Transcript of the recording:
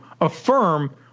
affirm